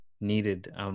needed